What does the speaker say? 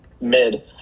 mid